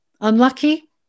Unlucky